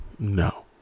no